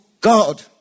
God